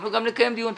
אנחנו גם נקיים דיון.